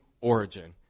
origin